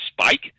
spike